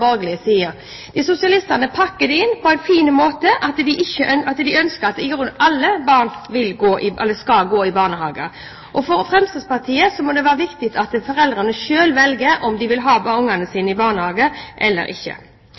Sosialistene pakker det inn på en fin måte at de ønsker at i grunnen skal alle barn gå i barnehage. For Fremskrittspartiet er det viktig at foreldrene selv velger om de vil ha barna sine i barnehage eller ikke.